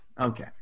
Okay